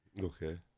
Okay